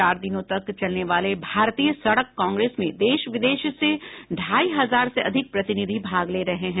चार दिनों तक चलने वाले भारतीय सडक कांग्रेस में देश विदेश से ढाई हजार से अधिक प्रतिनिधि भाग ले रहे हैं